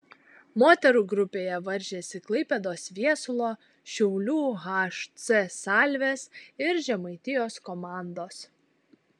moterų grupėje varžėsi klaipėdos viesulo šiaulių hc salvės ir žemaitijos komandos